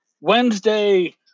Wednesday